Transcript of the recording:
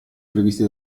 previsti